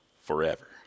forever